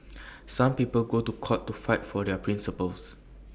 some people go to court to fight for their principles